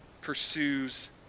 pursues